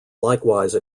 likewise